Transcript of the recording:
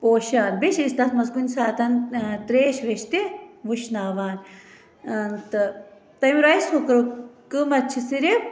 پوشان بیٚیہِ چھِ أسۍ تَتھ منٛز کُنہِ ساتہٕ ترٛیش ویش تہِ وٕشناوان تہٕ تَمہِ رایِس کُکرُک قۭمَتھ چھِ صِرف